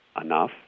enough